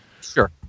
sure